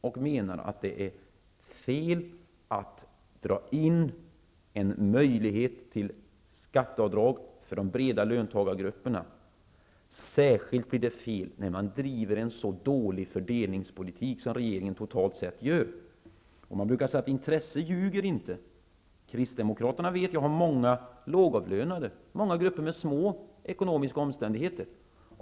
Vi menar att det är fel att dra in en möjlighet till skatteavdrag för de breda löntagargrupperna. Det blir särskilt fel när man driver en så dålig fördelningspolitik som regeringen totalt sett gör. Man brukar säga att intresse inte ljuger. Jag vet att Kristdemokraterna har många lågavlönade och många grupper med små ekonomiska omständigheter.